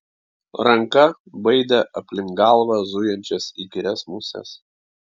ranka baidė aplink galvą zujančias įkyrias muses